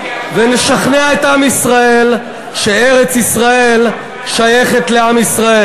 ונשכנע את עם ישראל שארץ-ישראל שייכת לעם ישראל.